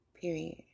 period